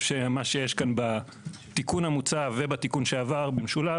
לדעתי מה שיש בתיקון המוצע ובתיקון שעבר במשולב